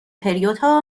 پریودها